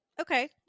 Okay